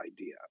idea